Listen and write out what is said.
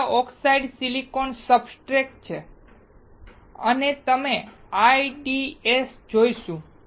આ oxidised silicon substrate છે અને અમે IDEs જોઈશું